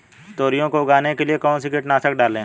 तोरियां को उगाने के लिये कौन सी कीटनाशक डालें?